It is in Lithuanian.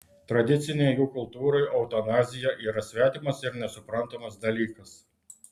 tradicinei jų kultūrai eutanazija yra svetimas ir nesuprantamas dalykas